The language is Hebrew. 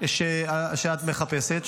שאת מחפשת.